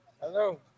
Hello